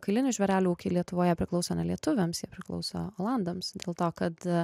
kailinių žvėrelių ūkiai lietuvoje priklauso ne lietuviams jie priklauso olandams dėl to kad